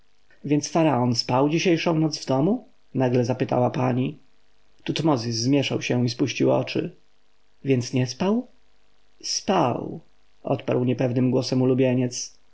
więc faraon spał dzisiejszą noc w domu nagle zapytała pani tutmozis zmieszał się i spuścił oczy więc nie spał spał odrzekł niepewnym głosem ulubieniec